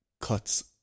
cuts